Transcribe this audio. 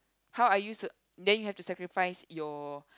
how are you s~ then you have to sacrifice your